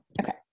okay